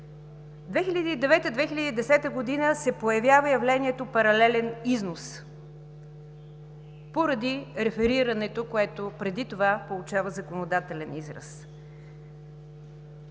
2009 – 2010 г. се появява явлението „паралелен износ“ поради реферирането, което преди това получава законодателен израз.